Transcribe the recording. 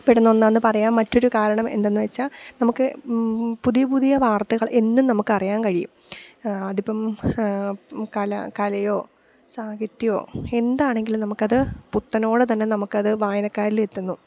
പെടുന്ന ഒന്നാന്ന് പറയാൻ മറ്റൊരു കാരണം എന്തെന്ന് വെച്ചാൽ നമുക്ക് പുതിയ പുതിയ വാർത്തകൾ എന്നും നമുക്ക് അറിയാൻ കഴിയും അതിപ്പം കല കലയോ സാഹിത്യമോ എന്ത് ആണെങ്കിലും നമുക്ക് അത് പുത്തനോടെ തന്നെ നമുക്ക് അത് വായനക്കാരിൽ എത്തുന്നു